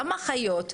גם אחיות,